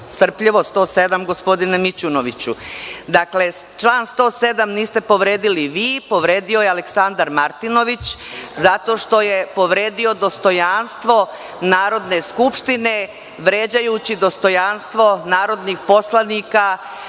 107. gospodine Mićunoviću. Dakle, član 107. niste povredili vi, povredio je Aleksandar Martinović zato što je povredio dostojanstvo Narodne skupštine vređajući dostojanstvo narodnih poslanika